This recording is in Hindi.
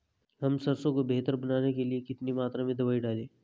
हम सरसों को बेहतर बनाने के लिए कितनी मात्रा में दवाई डालें?